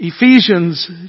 Ephesians